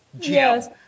Yes